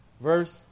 verse